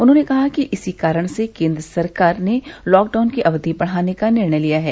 उन्होंने कहा कि इसी कारण से केंद्र सरकार ने लॉकडाउन की अवधि बढ़ाने का निर्णय किया है